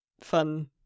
fun